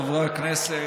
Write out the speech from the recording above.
חברי הכנסת,